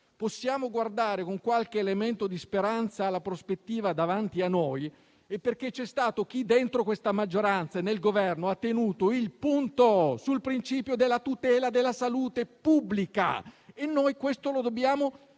possiamo guardare con qualche elemento di speranza la prospettiva davanti a noi è perché c'è stato chi, dentro questa maggioranza e nel Governo, ha tenuto il punto sul principio della tutela della salute pubblica, e noi questo lo dobbiamo